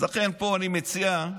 אז לכן אני מציע פה,